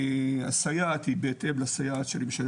והסייעת היא בהתאם לסייעת שאני משלם